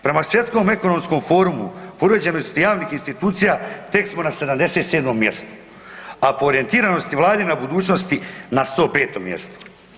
Prema Svjetskom ekonomskom forumu po uređenosti javnih institucija tek smo na 77. mjestu, a po orijentiranosti vladine budućnosti na 105. mjestu.